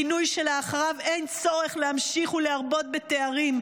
כינוי שלאחריו אין צורך להמשיך ולהרבות בתארים,